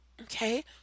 okay